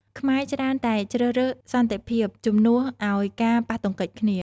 ខ្មែរច្រើនតែងជ្រើសរើសសន្តិភាពជំនួសឲ្យការប៉ះទង្គិចគ្នា។